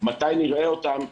מתי נראה אותם,